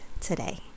today